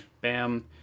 bam